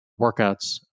workouts